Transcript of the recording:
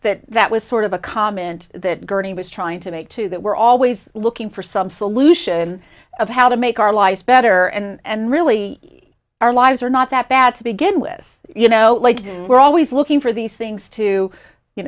that that was sort of a comment that gurney was trying to make too that we're always looking for some solution of how to make our lives better and really our lives are not that bad to begin with you know like we're always looking for these things to you